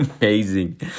amazing